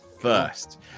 first